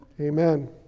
amen